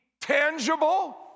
tangible